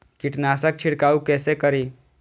कीट नाशक छीरकाउ केसे करी?